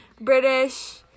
British